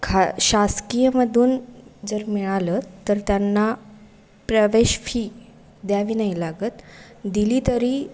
खा शासकीयमधून जर मिळालं तर त्यांना प्रवेश फी द्यावी नाही लागत दिली तरी